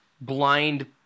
blind